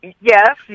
Yes